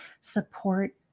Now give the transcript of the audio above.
support